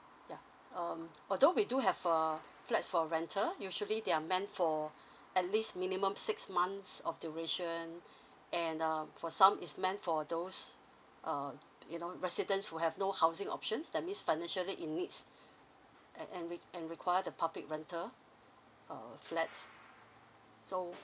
yeah um although we do have uh flats for rental usually they are meant for at least minimum six months of duration and um for some is meant for those um you know residents who have no housing options that means financially in needs and and re~ and require the public rental uh flats so